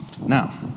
Now